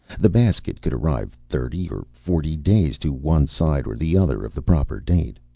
the basket could arrive thirty or forty days to one side or the other of the proper date.